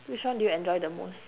which one do you enjoy the most